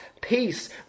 Peace